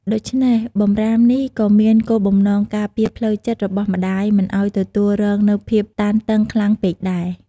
ដូច្នេះ បម្រាមនេះក៏មានគោលបំណងការពារផ្លូវចិត្តរបស់ម្ដាយមិនឲ្យទទួលរងនូវភាពតានតឹងខ្លាំងពេកដែរ។